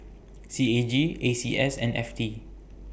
C A G A C S and F T